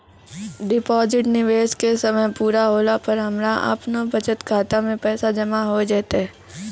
Deposit निवेश के समय पूरा होला पर हमरा आपनौ बचत खाता मे पैसा जमा होय जैतै?